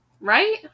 Right